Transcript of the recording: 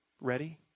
ready